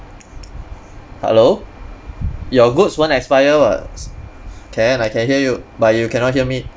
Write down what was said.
hello your goods won't expire [what] can I can hear you but you cannot hear me